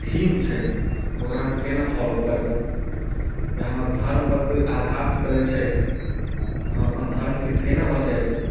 theme छै ओकरा हम केना फॉलो करबै या हमर धर्म पर कोइ आघात करै छै तऽ हम अपन धर्म के केना बचेबै